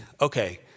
Okay